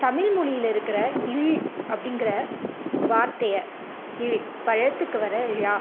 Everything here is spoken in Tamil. தமிழ்மொழியில் இருக்கிற ழ் அப்படிங்கற வார்த்தையை ழ் பழத்துக்கு வர ழ